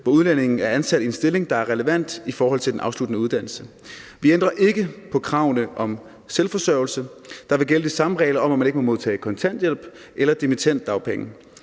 hvor udlændingen er ansat i en stilling, der er relevant i forhold til den afsluttede uddannelse. Vi ændrer ikke på kravene om selvforsørgelse. Der vil gælde de samme regler om, at man ikke må modtage kontanthjælp eller dimittenddagpenge.